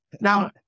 now